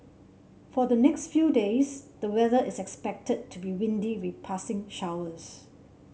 for the next few days the weather is expected to be windy with passing showers